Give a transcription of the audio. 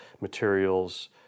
Materials